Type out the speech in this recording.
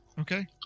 okay